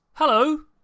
Hello